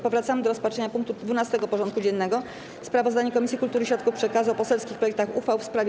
Powracamy do rozpatrzenia punktu 12. porządku dziennego: Sprawozdanie Komisji Kultury i Środków Przekazu o poselskich projektach uchwał w sprawie: